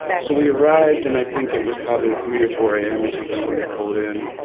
so we arrived, and i think it was probably three or four am or something when we pulled in.